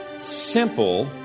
simple